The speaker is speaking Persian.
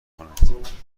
کنند